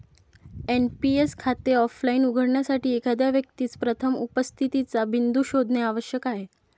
NPS खाते offline उघडण्यासाठी, एखाद्या व्यक्तीस प्रथम उपस्थितीचा बिंदू शोधणे आवश्यक आहे